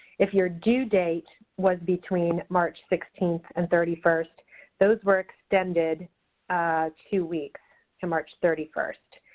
if your due date was between march sixteenth and thirty first those were extended two weeks to march thirty first.